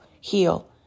heal